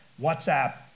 WhatsApp